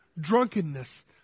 drunkenness